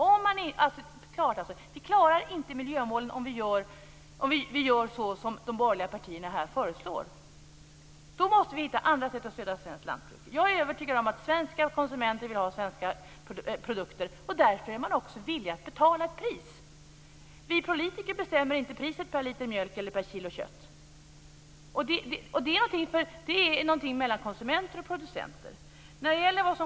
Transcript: Vi klarar alltså inte miljömålen om vi gör så som de borgerliga partierna här föreslår. Vi måste då hitta andra sätt att stödja svenskt lantbruk. Jag är övertygad om att svenska konsumenter vill ha svenska produkter och även är villiga att betala ett pris för detta. Vi politiker bestämmer inte priset per liter mjölk eller per kilo kött. Det är en fråga mellan konsumenter och producenter.